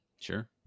Sure